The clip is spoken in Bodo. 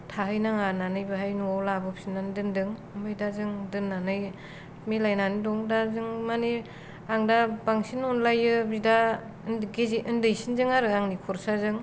थाहैनाङा होननानै बेहाय न'आव लाबोफिननानै दोनदों ओमफाय दा जों दोननानै मेलायनानै दं दा जों माने आं दा बांसिन अनलायो बिदा उन्दै गेजेर उन्दैसिनजों आरो आंनि खर'साजों